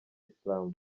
islam